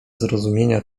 zrozumienia